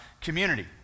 community